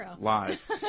live